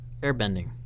airbending